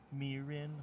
mirin